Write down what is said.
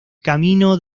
camino